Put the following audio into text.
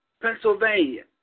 Pennsylvania